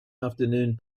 afternoon